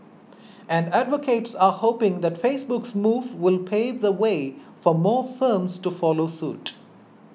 and advocates are hoping that Facebook's move will pave the way for more firms to follow suit